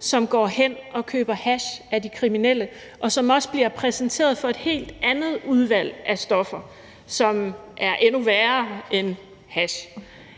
som går hen og køber hash af de kriminelle, og som også bliver præsenteret for et helt andet udvalg af stoffer, som er endnu værre end hash.